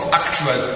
actual